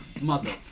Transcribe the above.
mother